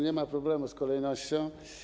Nie ma problemu z kolejnością.